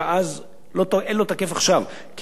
לא תקף עכשיו, כי היא בעצמה עושה את זה.